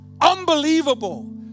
unbelievable